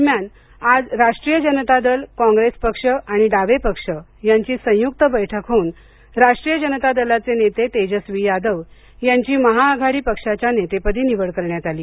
दरम्यान आज राष्ट्रीय जनता दल कॉंग्रेस पक्ष आणि डावे पक्ष यांची संयुक्त बैठक होऊन राष्ट्रीय जनता दलाचे नेते तेजस्वी यादव यांची महाआघाडी पक्षाच्या नेतेपदी निवड करण्यात आली